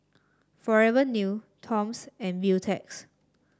Forever New Toms and Beautex